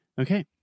Okay